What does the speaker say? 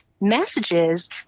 messages